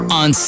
on